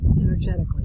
energetically